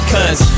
Cause